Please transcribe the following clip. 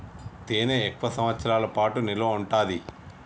తేనె ఎక్కువ సంవత్సరాల పాటు నిల్వ ఉంటాది